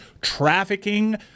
trafficking